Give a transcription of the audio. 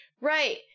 Right